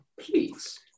please